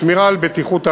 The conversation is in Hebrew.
שמירה על בטיחות הרכב,